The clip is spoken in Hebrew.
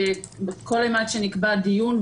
כל אימת שנקבע דיון,